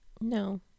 No